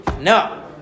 no